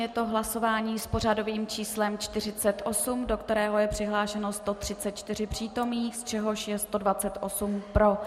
Je to hlasování s pořadovým číslem 48, do kterého je přihlášeno 143 přítomných, z čehož je 128 pro.